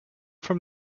from